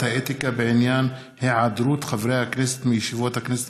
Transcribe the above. האתיקה בעניין היעדרות חברי הכנסת מישיבות הכנסת